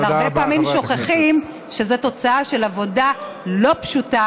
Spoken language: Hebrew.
אבל הרבה פעמים שוכחים שזו תוצאה של עבודה לא פשוטה